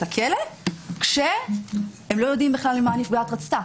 הכלא כשהם לא יודעים בכלל מה הנפגעת רצתה.